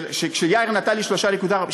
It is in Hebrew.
כשיאיר נתן לי 3.4%?